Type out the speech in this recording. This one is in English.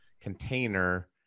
container